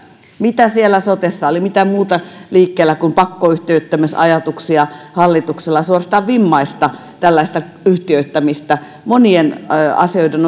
mitä muuta siellä sotessa oli liikkeellä kuin pakkoyhtiöittämisajatuksia hallituksella suorastaan vimmaista yhtiöittämistä monien asioiden